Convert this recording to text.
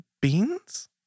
beans